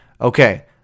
Okay